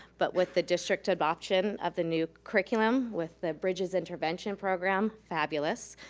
but with the district adoption of the new curriculum with the bridges intervention program, fabulous,